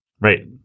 Right